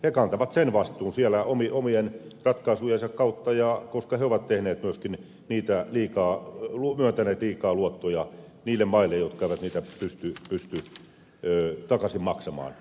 he kantavat sen vastuun siellä omien ratkaisujensa kautta koska he ovat myöntäneet liikaa luottoja niille maille jotka eivät niitä pysty takaisin maksamaan